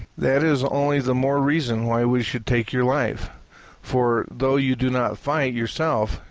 that is only the more reason why we should take your life for, though you do not fight yourself,